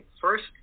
first